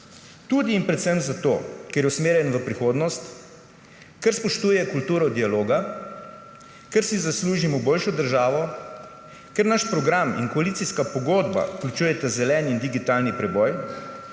tudi in predvsem zato, ker je usmerjen v prihodnost, ker spoštuje kulturo dialoga, ker si zaslužimo boljšo državo, ker naš program in koalicijska pogodba vključujeta zeleni in digitalni preboj,